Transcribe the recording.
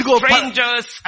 strangers